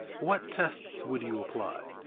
what tests would you apply?